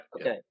Okay